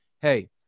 hey